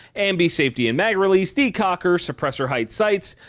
ambi safety and mag release, decocker, suppressor height sights,